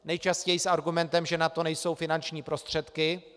Nejčastěji s argumentem, že na to nejsou finanční prostředky.